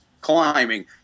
climbing